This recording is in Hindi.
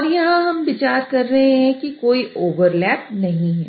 और यहां हम विचार कर रहे हैं कि कोई ओवरलैप नहीं है